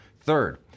Third